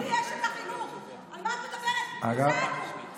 גברתי אשת החינוך, על מה את מדברת, זהו.